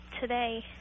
today